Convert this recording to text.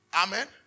Amen